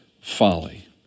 folly